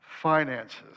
finances